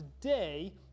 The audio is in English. today